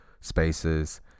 spaces